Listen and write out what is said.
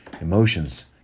Emotions